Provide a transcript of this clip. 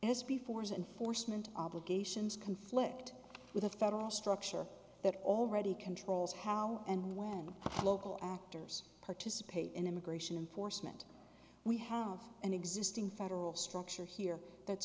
this before is and forstmann obligations conflict with a federal structure that already controls how and when local actors participate in immigration enforcement we have an existing federal structure here that's